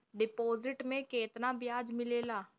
Deposit मे केतना बयाज मिलेला?